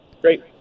Great